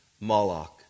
Moloch